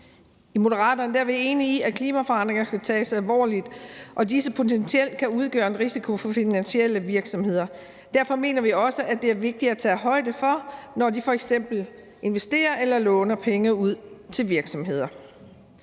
I Moderaterne er vi enige i, at klimaforandringer skal tages alvorligt, og at disse potentielt kan udgøre en risiko for finansielle virksomheder. Derfor mener vi også, at det er vigtigt at tage højde for, når de f.eks. investerer eller låner penge ud til virksomheder.